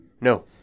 No